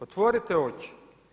Otvorite oči.